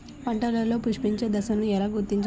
పంటలలో పుష్పించే దశను ఎలా గుర్తించాలి?